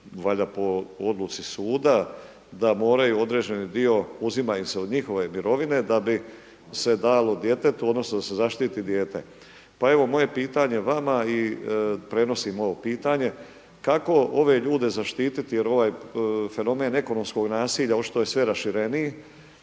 valjda po odluci suda da moraju određeni dio uzima im se od njihove mirovine da bi se dalo djetetu odnosno da se zaštiti dijete. Pa evo moje pitanje vama i prenosim ovo pitanje, kako ove ljude zaštititi jer ovaj fenomen ekonomskog nasilja očito je sve rašireniji?